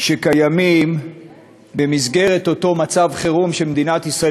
שקיימים במסגרת אותו מצב חירום שמדינת ישראל